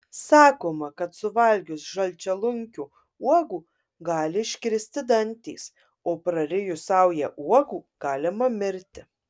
sakoma kad suvalgius žalčialunkio uogų gali iškristi dantys o prarijus saują uogų galima mirti